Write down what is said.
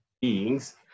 beings